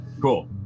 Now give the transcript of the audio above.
Cool